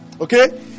Okay